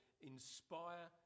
inspire